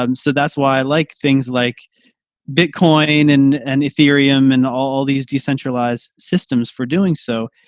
um so that's why i like things like bitcoin. and and aetherium and all these decentralized systems for doing so.